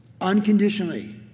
unconditionally